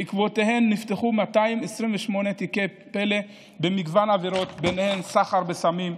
ובעקבותיהן נפתחו 228 תיקי פל"א במגוון עבירות: סחר בסמים,